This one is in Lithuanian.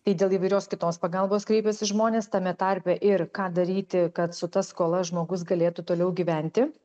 tai dėl įvairios kitos pagalbos kreipiasi žmonės tame tarpe ir ką daryti kad su ta skola žmogus galėtų toliau gyventi